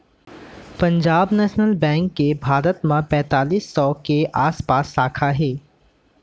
Punjab national bank के भारत म पैतालीस सौ के आसपास साखा हे